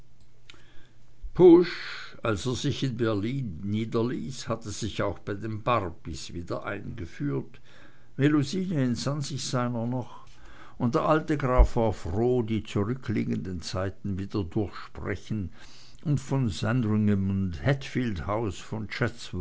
pusch als er sich in berlin niederließ hatte sich auch bei den barbys wieder eingeführt melusine entsann sich seiner noch und der alte graf war froh die zurückliegenden zeiten wieder durchsprechen und von sandrigham und hatfield house von